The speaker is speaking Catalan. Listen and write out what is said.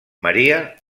maria